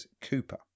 Cooper